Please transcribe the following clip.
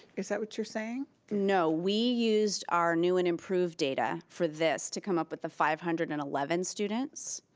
is that what you're saying? no, we used our new and improved data for this to some up with the five hundred and eleven students.